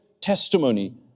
testimony